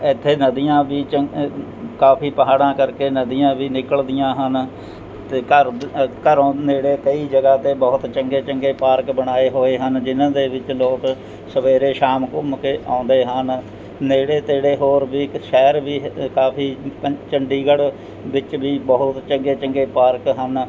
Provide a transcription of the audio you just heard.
ਇੱਥੇ ਨਦੀਆਂ ਵੀ ਚੰ ਅ ਕਾਫੀ ਪਹਾੜਾਂ ਕਰਕੇ ਨਦੀਆਂ ਵੀ ਨਿਕਲਦੀਆਂ ਹਨ ਅਤੇ ਘਰ ਦ ਅ ਘਰੋਂ ਨੇੜੇ ਕਈ ਜਗ੍ਹਾ 'ਤੇ ਬਹੁਤ ਚੰਗੇ ਚੰਗੇ ਪਾਰਕ ਬਣਾਏ ਹੋਏ ਹਨ ਜਿਨ੍ਹਾਂ ਦੇ ਵਿੱਚ ਲੋਕ ਸਵੇਰੇ ਸ਼ਾਮ ਘੁੰਮ ਕੇ ਆਉਂਦੇ ਹਨ ਨੇੜੇ ਤੇੜੇ ਹੋਰ ਵੀ ਇੱਕ ਸ਼ਹਿਰ ਵੀ ਹ ਕਾਫੀ ਚੰਡੀਗੜ੍ਹ ਵਿੱਚ ਵੀ ਬਹੁਤ ਚੰਗੇ ਚੰਗੇ ਪਾਰਕ ਹਨ